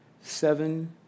seven